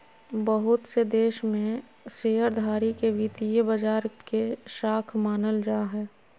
बहुत से देश में शेयरधारी के वित्तीय बाजार के शाख मानल जा हय